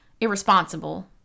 irresponsible